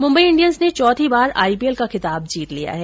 Mumbai Indians ने चौथी बार आईपीएल का खिताब जीत लिया है